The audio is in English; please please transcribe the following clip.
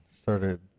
started